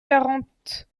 quarante